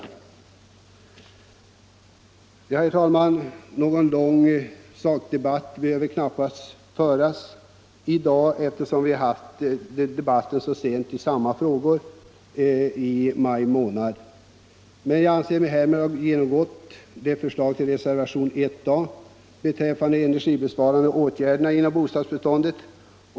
Herr talman! Någon lång sakdebatt behöver knappast föras i dag, eftersom vi hade en debatt i dessa frågor så sent som i maj månad. Jag har här gått igenom vad som föreslås i reservationen 1 a rörande energibesparande åtgärder inom bostadsbeståndet.